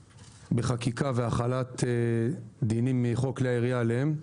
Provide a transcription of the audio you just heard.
בחקיקה והחלת דינים מחוק כלי ירייה עליהם,